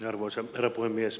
arvoisa herra puhemies